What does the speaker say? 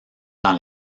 dans